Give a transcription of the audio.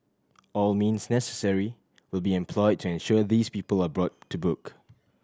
all means necessary will be employed to ensure these people are brought to book